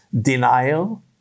denial